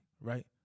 right